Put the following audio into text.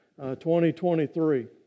2023